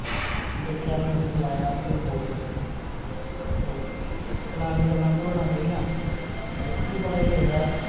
दिक्खेआ में उसी बुलाया उसी बोल्लेआ ते परानी गल्लां भुल्लने पेइयां ते ओह् बी भुलाई आ बेचारा